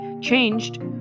changed